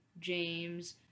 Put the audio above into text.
James